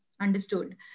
understood